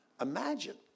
imagine